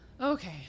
Okay